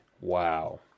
Wow